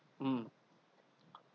mm